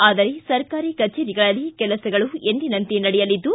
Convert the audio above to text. ಆದರೆ ಸರ್ಕಾರಿ ಕಚೇರಿಗಳಲ್ಲಿ ಕೆಲಸಗಳು ಎಂದಿನಂತೆ ನಡೆಯಲಿದ್ದು